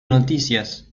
noticias